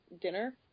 dinner